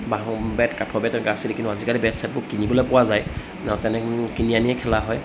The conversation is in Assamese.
বাহঁ বেট কাঠৰ বেট এনেকৈ আছিল কিন্তু আজিকালি বেট চেটবোৰ কিনিবলৈ পোৱা যায় আৰু তেনে কিনি আনিয়ে খেলা হয়